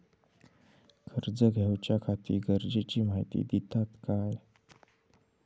कर्ज घेऊच्याखाती गरजेची माहिती दितात काय?